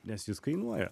nes jis kainuoja